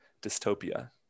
dystopia